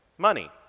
money